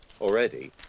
already